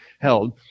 held